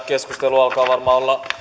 keskustelu alkaa varmaan olla